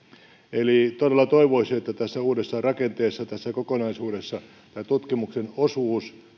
eli todella toivoisi että tässä uudessa rakenteessa tässä kokonaisuudessa tutkimuksen osuus